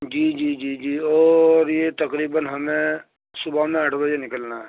جی جی جی جی اور یہ تقریباً ہمیں صبح میں آٹھ بجے نکلنا ہے